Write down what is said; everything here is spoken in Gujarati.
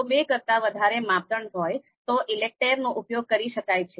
જો બે કરતા વધારે માપદંડ હોય તો ઈલેકટેર નો ઉપયોગ કરી શકાય છે